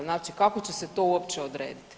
Znači kako će se to uopće odrediti?